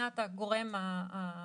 מבחינת הגורם הממשלתי.